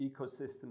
ecosystem